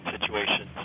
situations